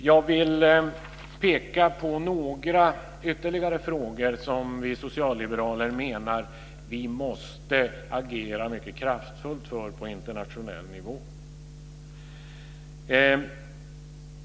Jag vill peka på några ytterligare frågor som vi socialliberaler menar att vi måste agera mycket kraftfullt för på internationell nivå.